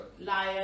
Liar